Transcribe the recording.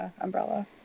umbrella